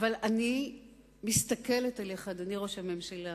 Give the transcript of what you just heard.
אבל אני מסתכלת עליך, אדוני ראש הממשלה,